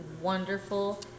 wonderful